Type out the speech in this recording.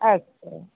अस्तु